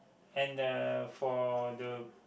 and uh for the